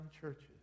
churches